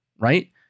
right